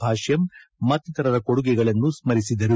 ಭಾಷ್ಯಂ ಮತ್ತಿತರರ ಕೊಡುಗೆಗಳನ್ನು ಸ್ಮರಿಸಿದರು